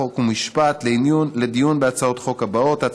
חוק ומשפט לדיון בהצעות החוק האלה: א.